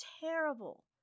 terrible